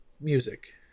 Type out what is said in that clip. music